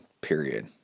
period